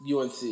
UNC